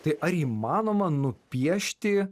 tai ar įmanoma nupiešti